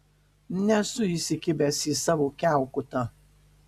nesu įsikibęs į savo kiaukutą